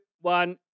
one